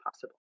possible